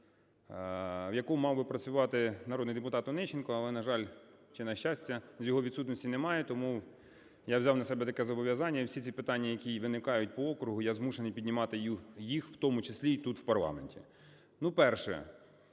в якому мав би працювати народний депутат Онищенко. Але, на жаль, чи на щастя, з його відсутності немає, тому я взяв на себе таке зобов'язання і всі ці питання, які виникають по округу, я змушений піднімати їх, в тому числі і тут, в парламенті. Перше.